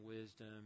wisdom